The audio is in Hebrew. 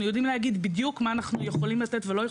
אנחנו יודעים להגיד בדיוק מה אנחנו יכולים לתת ולא יכולים לתת.